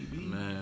Man